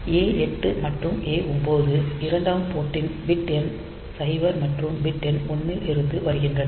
A8 மற்றும் A9 இரண்டும் port ன் பிட் எண் 0 மற்றும் பிட் எண் 1 இலிருந்து வருகின்றன